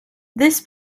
this